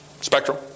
spectrum